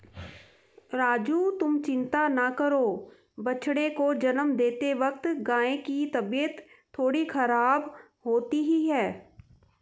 राजू तुम चिंता ना करो बछड़े को जन्म देते वक्त गाय की तबीयत थोड़ी खराब होती ही है